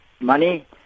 money